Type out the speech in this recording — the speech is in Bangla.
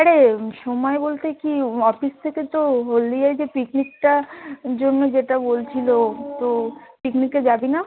আরে সময় বলতে কী অফিস থেকে তো হলদিয়ায় যে পিকনিকটা জন্য যেতে বলছিল তো পিকনিকে যাবি না